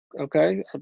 okay